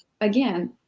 again